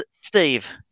steve